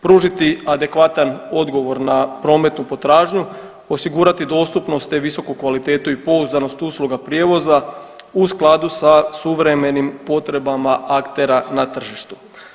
Pružiti adekvatan odgovor na prometnu potražnju, osigurati dostupnost te visoku kvalitetu i pouzdanost usluga prijevoza u skladu sa suvremenim potrebama aktera na tržištu.